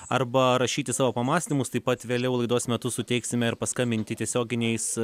arba rašyti savo pamąstymus taip pat vėliau laidos metu suteiksime ir paskambinti tiesioginiais